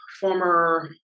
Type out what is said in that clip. former